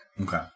Okay